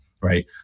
right